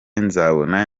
nzabona